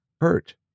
hurt